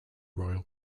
royal